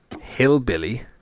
Hillbilly